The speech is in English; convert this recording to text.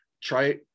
Try